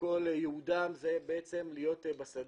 שכל ייעודם הוא להיות בשדה.